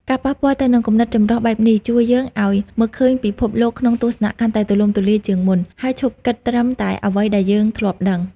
ការប៉ះពាល់ទៅនឹងគំនិតចម្រុះបែបនេះ ជួយយើងឱ្យ មើលឃើញពិភពលោកក្នុងទស្សនៈកាន់តែទូលំទូលាយ ជាងមុន ហើយឈប់គិតត្រឹមតែអ្វីដែលយើងធ្លាប់ដឹង។